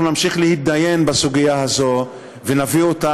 ואנחנו נמשיך להתדיין בסוגיה הזו ונביא אותה